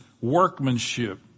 workmanship